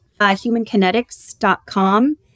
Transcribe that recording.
humankinetics.com